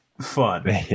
fun